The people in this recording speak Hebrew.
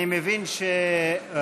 אני מבין שאנחנו,